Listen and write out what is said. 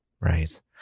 Right